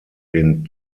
den